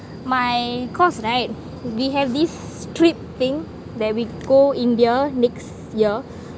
my course right we have this trip thing that we go india next year